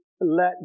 let